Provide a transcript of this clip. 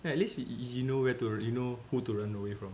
then at least you know where to you know who to run away from